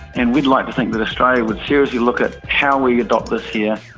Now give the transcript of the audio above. and we'd like to think that australia would seriously look at how we adopt this here.